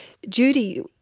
judy,